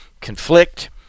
conflict